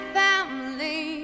family